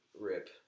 rip